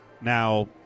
now